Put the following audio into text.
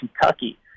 Kentucky